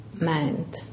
mind